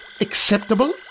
acceptable